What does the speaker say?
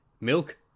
Milk